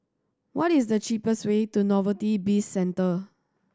what is the cheapest way to Novelty Bizcentre